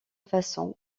façon